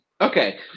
Okay